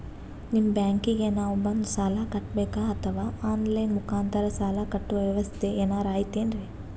ನಿಮ್ಮ ಬ್ಯಾಂಕಿಗೆ ನಾವ ಬಂದು ಸಾಲ ಕಟ್ಟಬೇಕಾ ಅಥವಾ ಆನ್ ಲೈನ್ ಮುಖಾಂತರ ಸಾಲ ಕಟ್ಟುವ ವ್ಯೆವಸ್ಥೆ ಏನಾರ ಐತೇನ್ರಿ?